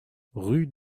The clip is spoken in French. rue